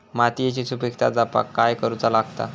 मातीयेची सुपीकता जपाक काय करूचा लागता?